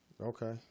Okay